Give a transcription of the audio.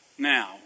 Now